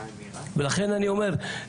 ולכן אני אומר,